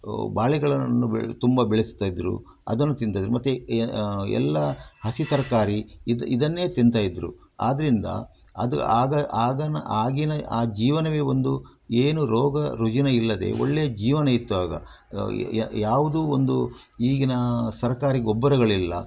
ಬಾಳೆಗಳನ್ನು ಬೆಳೆ ತುಂಬ ಬೆಳೆಸ್ತಾ ಇದ್ದರು ಅದನ್ನು ತಿಂತಾಯಿದ್ರು ಮತ್ತು ಎಲ್ಲ ಹಸಿ ತರಕಾರಿ ಇದು ಇದನ್ನೇ ತಿಂತಾಯಿದ್ರು ಆದ್ದರಿಂದ ಅದು ಆಗ ಆಗನ ಆಗಿನ ಆ ಜೀವನವೇ ಒಂದು ಏನು ರೋಗ ರುಜಿನ ಇಲ್ಲದೇ ಒಳ್ಳೆಯ ಜೀವನ ಇತ್ತು ಆಗ ಯಾವುದು ಒಂದು ಈಗಿನ ಸರಕಾರಿ ಗೊಬ್ಬರಗಳಿಲ್ಲ